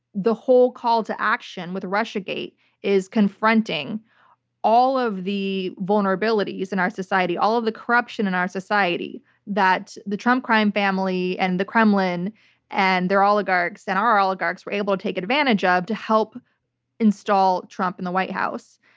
the whole call to action with russiagate is confronting all of the vulnerabilities in our society, all of the corruption in our society that the trump crime family and the kremlin and their oligarchs and our oligarchs were able to take advantage of ah to help install trump in the white house.